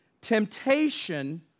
temptation